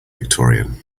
victorian